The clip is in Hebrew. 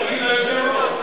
את זה תגיד ליושב-ראש.